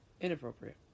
inappropriate